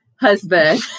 husband